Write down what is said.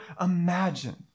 imagine